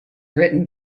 written